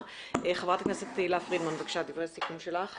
חברת הכנסת תהלה פרידמן, בבקשה, דברי סיכום שלך.